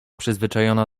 przyzwyczajona